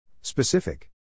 Specific